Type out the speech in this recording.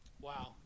wow